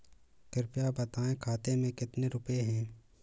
कृपया बताएं खाते में कितने रुपए हैं?